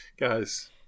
guys